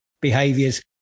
behaviors